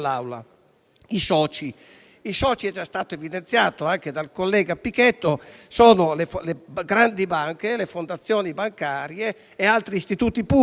- come è già stato evidenziato anche dal collega Pichetto Fratin - sono le grandi banche, le fondazioni bancarie e altri istituti pubblici.